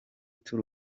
tour